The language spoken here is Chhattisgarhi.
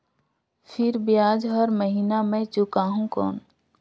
फिर ब्याज हर महीना मे चुकाहू कौन?